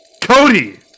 Cody